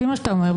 לפי מה שאתה אומר,